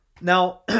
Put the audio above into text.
Now